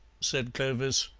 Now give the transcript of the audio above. said clovis,